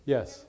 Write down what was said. Yes